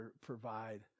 provide